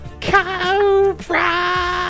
Cobra